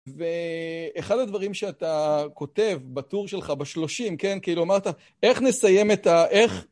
ואחד הדברים שאתה כותב בטור שלך, בשלושים, כאילו אמרת, איך נסיים את ה...